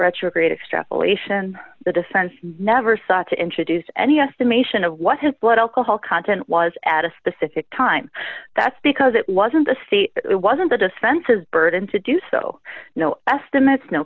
retrograde extrapolation the defense never sought to introduce any estimation of what his blood alcohol content was at a specific time that's because it wasn't the state it wasn't the defense's burden to do so no estimates no